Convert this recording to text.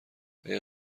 اگه